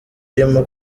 urimo